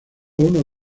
uno